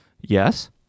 Yes